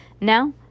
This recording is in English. Now